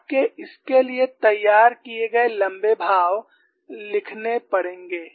आपको इसके लिए तैयार किए गए लंबे भाव लिखने होंगे